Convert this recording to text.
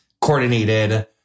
coordinated